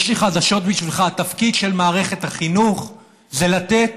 יש לי חדשות בשבילך: התפקיד של מערכת החינוך זה לתת